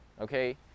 Okay